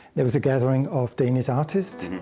it was a gathering of danish artists,